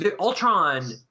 Ultron